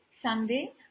Sunday